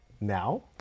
Now